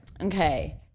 okay